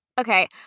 Okay